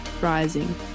rising